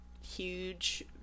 huge